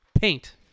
Paint